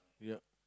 ya